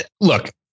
look